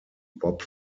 bob